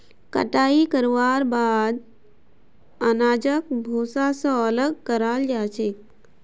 कटाई करवार बाद अनाजक भूसा स अलग कराल जा छेक